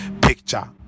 picture